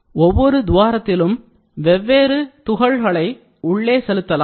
ஒவ்வொரு துவாரத்திலும் வேறு வேறு துகள்களை உள்ளே செலுத்தலாம்